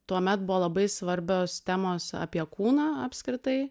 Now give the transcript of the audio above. tuomet buvo labai svarbios temos apie kūną apskritai